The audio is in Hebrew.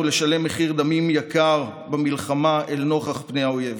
לשלם מחיר דמים יקר במלחמה אל נוכח פני האויב.